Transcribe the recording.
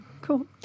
cool